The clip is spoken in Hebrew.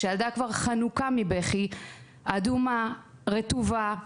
הילדה חנוקה מבכי, אדומה ורטובה.